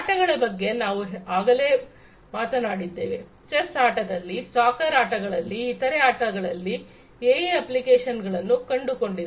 ಆಟಗಳ ಬಗ್ಗೆ ನಾವು ಆಗಲೇ ಮಾತನಾಡಿದ್ದೇವೆ ಚೆಸ್ ಆಟದಲ್ಲಿ ಸಾಕರ್ ಆಟಗಳಲ್ಲಿ ಇತರೆ ಆಟಗಳಲ್ಲಿ ಎಐ ಅಪ್ಲಿಕೇಶನ್ಗಳನ್ನು ಕಂಡುಕೊಂಡಿದೆ